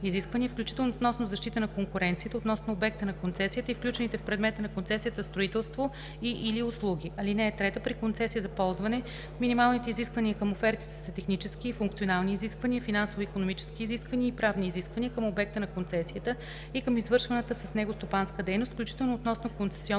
изисквания, включително относно защита на конкуренцията, относно обекта на концесията и включените в предмета на концесията строителство и/или услуги. (3) При концесия за ползване минималните изисквания към офертите са технически и функционални изисквания, финансово-икономически изисквания и правни изисквания към обекта на концесията и към извършваната с него стопанска дейност, включително относно концесионното